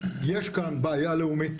יש כאן בעיה לאומית.